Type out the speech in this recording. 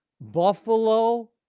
Buffalo